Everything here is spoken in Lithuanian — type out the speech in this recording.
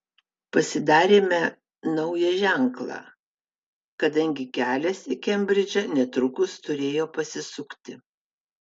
pasidarėme naują ženklą kadangi kelias į kembridžą netrukus turėjo pasisukti